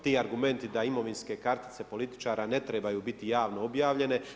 Ti argumenti da imovinske kartice političara ne trebaju biti javno objavljene.